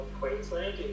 Queensland